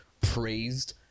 praised